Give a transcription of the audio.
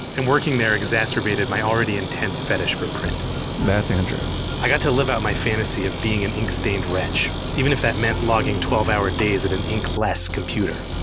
and working there exacerbated my already intense fetish for print that's andrew i got to live out my fantasy of being an ink stained wretch. even if that meant logging twelve hour days at an inkless computer.